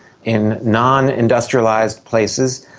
in non-industrialised places,